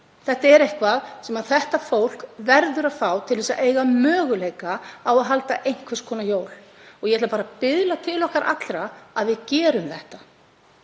Það er eitthvað sem þetta fólk verður að fá til að eiga möguleika á að halda einhvers konar jól og ég ætla bara að biðla til okkar allra að við gerum þetta,